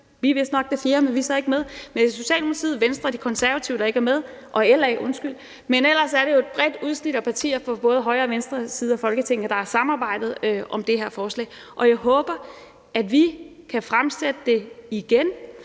vi er vist nok det fjerde gamle, men tæller så ikke med – Socialdemokratiet, Venstre og De Konservative, der ikke er med, og LA, undskyld. Men ellers er det jo et bredt udsnit af partier fra både højre og venstre side af Folketinget, der har samarbejdet om det her forslag. Jeg håber, når vi har den